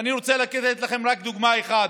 ואני רוצה לתת רק דוגמה אחת,